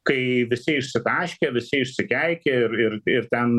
kai visi išsitaškė visi išsikeikė ir ir ir ten